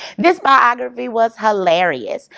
this biography was hilarious.